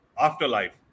afterlife